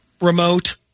remote